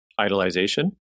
idolization